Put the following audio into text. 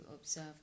observe